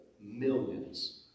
millions